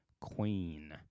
queen